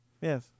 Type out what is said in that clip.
Yes